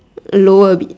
lower a bit